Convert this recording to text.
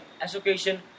association